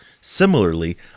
Similarly